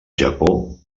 japó